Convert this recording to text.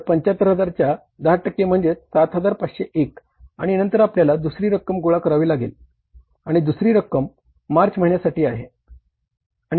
तर 75000 च्या 10 टक्के म्हणजे 7501 आणि नंतर आपल्याला दुसरी रक्कम गोळा करावी लागेल आणि दुसरी रक्कम मार्च महिन्यासाठी आहे